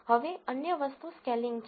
હવે અન્ય વસ્તુ સ્કેલિંગ છે